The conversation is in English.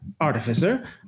artificer